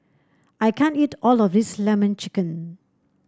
I can't eat all of this lemon chicken